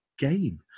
game